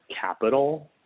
capital